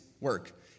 work